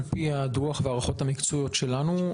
על-פי הדוח וההערכות המקצועיות שלנו,